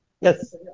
Yes